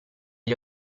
gli